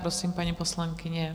Prosím, paní poslankyně.